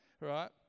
Right